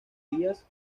días